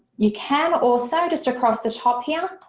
you can also just across the top here,